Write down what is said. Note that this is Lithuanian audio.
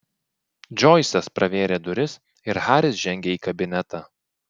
džoisas pravėrė duris ir haris žengė į kabinetą